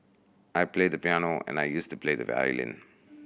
I play the piano and I used to play the violin